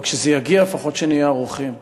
אבל כשזה יגיע, לפחות שנהיה ערוכים.